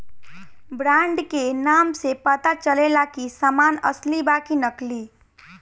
brand के नाम से पता चलेला की सामान असली बा कि नकली